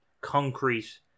concrete